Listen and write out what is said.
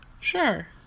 Sure